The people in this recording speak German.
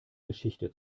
geschichte